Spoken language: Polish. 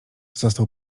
został